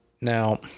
Now